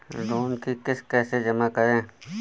Loan की किश्त कैसे जमा करें?